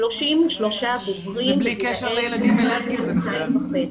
33 בוגרים בגיל שנתיים-שנתיים וחצי.